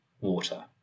water